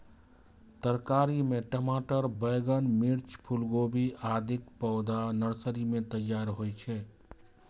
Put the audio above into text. तरकारी मे टमाटर, बैंगन, मिर्च, फूलगोभी, आदिक पौधा नर्सरी मे तैयार होइ छै